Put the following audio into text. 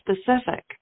specific